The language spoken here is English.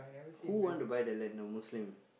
who want to buy the land the Muslim